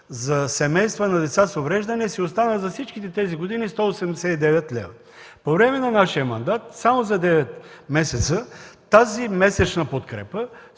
за семейства на деца с увреждания си остава за всичките тези години 189 лв. По време на нашия мандат само за 9 месеца тази месечна подкрепа